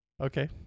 Okay